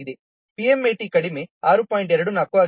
24 ಆಗಿದೆ PMAT ಕಡಿಮೆ 6